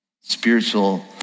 spiritual